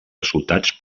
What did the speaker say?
resultats